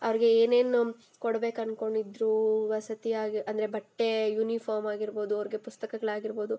ಅವ್ರಿಗೆ ಏನೇನು ಕೊಡ್ಬೇಕು ಅನ್ಕೊಂಡಿದ್ದರು ವಸತಿಯಾಗಿ ಅಂದರೆ ಬಟ್ಟೆ ಯೂನಿಫಾರ್ಮ್ ಆಗಿರ್ಬೋದು ಅವ್ರಿಗೆ ಪುಸ್ತಕಗಳಾಗಿರ್ಬೋದು